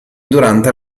durante